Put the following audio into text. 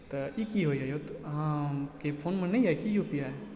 तऽ ई की होइया यौ तऽ अहाँके फोनमे नहि यऽ की यू पी आइ